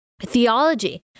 theology